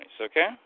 okay